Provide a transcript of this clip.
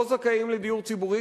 לא זכאים לדיור ציבורי,